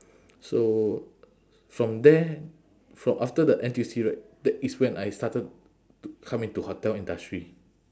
so from there from after the N_T_U_C right that is when I started to come into hotel industry